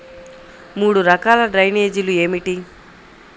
మూడు రకాల డ్రైనేజీలు ఏమిటి?